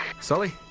Sully